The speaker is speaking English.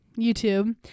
YouTube